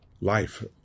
Life